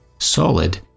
SOLID